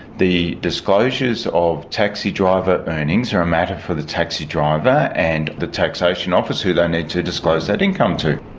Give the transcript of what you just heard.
the disclosures of taxi driver earnings are a matter for the taxi driver and the taxation office who they need to disclose that income to.